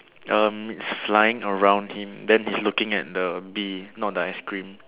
um it's flying around him then he's looking at the bee not the ice cream